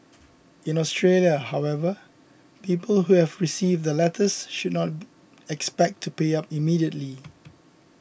in Australia however people who have received the letters should not expect to pay up immediately